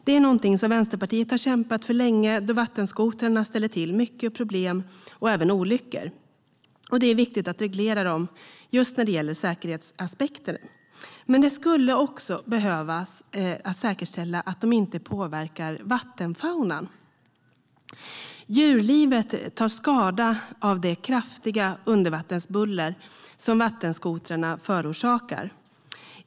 Det är något som Vänsterpartiet har kämpat för länge, då vattenskotrarna ställer till mycket problem och även olyckor. Det är viktigt att reglera dem just när det gäller säkerhetsaspekter. Men det skulle också behöva säkerställas att vattenskotrarna inte påverkar vattenfaunan. Djurlivet tar skada av det kraftiga undervattensbuller som vattenskotrarna förorsakar.